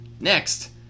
Next